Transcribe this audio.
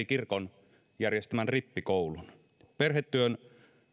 kirkon järjestämän rippikoulun kävi kahdeksankymmentäneljä prosenttia perhetyön